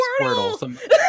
Squirtle